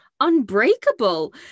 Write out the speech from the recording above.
unbreakable